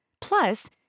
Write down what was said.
Plus